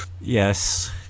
Yes